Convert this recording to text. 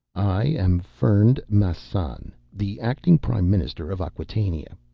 i am fernd massan, the acting prime minister of acquatainia.